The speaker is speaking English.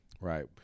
Right